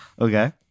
okay